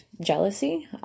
jealousy